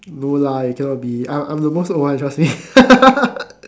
no lah it cannot be I am the most old one trust me